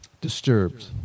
disturbed